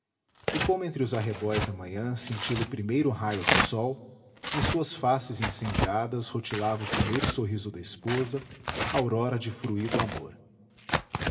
e como entre os arrebóis da manhã cintila o primeiro raio do sol em suas faces incendidas rutilava o primeiro sorriso da esposa aurora de fruído amor